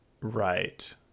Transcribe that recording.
Right